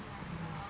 mm